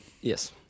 Yes